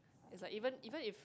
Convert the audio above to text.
is like even even if